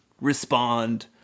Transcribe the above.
respond